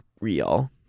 real